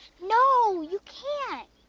no, you can't.